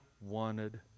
wanted